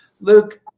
Luke